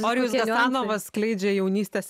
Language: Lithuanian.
orijus gasanovas skleidžia jaunystės